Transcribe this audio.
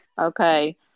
okay